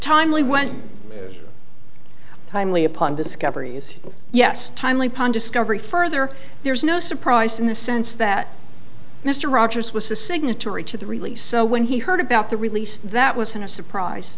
timely when timely upon discovery is yes timely pond discovery further there's no surprise in the sense that mr rogers was a signatory to the really so when he heard about the release that was in a surprise